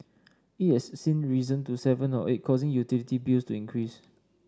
it has since risen to seven or eight causing utility bills to increase